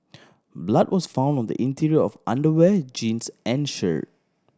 blood was found on the interior of underwear jeans and shirt